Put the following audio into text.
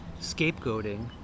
scapegoating